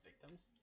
victims